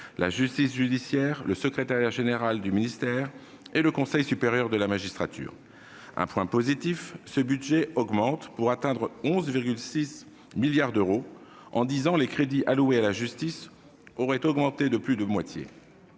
la justice judiciaire, le secrétariat général du ministère et le Conseil supérieur de la magistrature. Point positif, ce budget augmente, pour atteindre 11,6 milliards d'euros. En dix ans, les crédits alloués à la justice auront augmenté de plus de moitié.